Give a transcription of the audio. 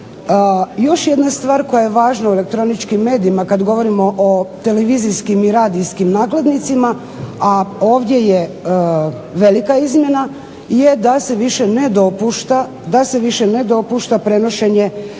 Još jedna stvar koja je važna u elektroničkim medijima kad govorimo o televizijskim i radijskim nakladnicima, a ovdje je velika izmjena, je da se više ne dopušta prenošenje